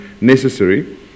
necessary